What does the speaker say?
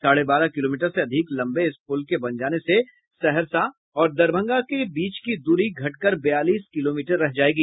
साढ़े बारह किलोमीटर से अधिक लंबे इस पूल के बन जाने से सहरसा और दरभंगा के बीच की दूरी घटकर बयालीस किलोमीटर रह जायेगी